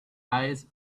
eyes